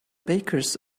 bakers